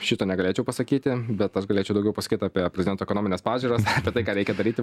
šito negalėčiau pasakyti bet aš galėčiau daugiau pasakyt apie prezidento ekonomines pažiūras apie tai ką reikia daryti